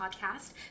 podcast